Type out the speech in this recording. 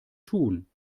tun